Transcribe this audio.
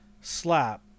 slap